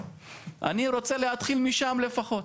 אני רוצה להתחיל לפחות משם.